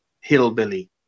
hillbilly